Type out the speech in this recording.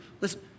listen